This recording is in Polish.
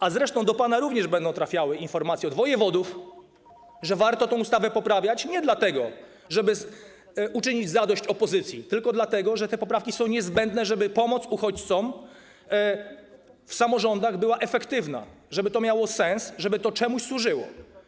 A zresztą do pana również będą trafiały informacje od wojewodów, że warto tę ustawę poprawiać - nie dlatego żeby uczynić zadość opozycji, tylko dlatego że te poprawki są niezbędne, żeby pomoc uchodźcom w samorządach była efektywna, żeby to miało sens, żeby to czemuś służyło.